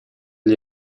для